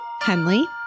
Henley